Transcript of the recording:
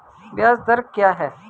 ब्याज दर क्या है?